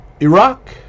Iraq